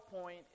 point